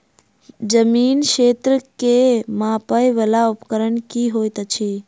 जमीन क्षेत्र केँ मापय वला उपकरण की होइत अछि?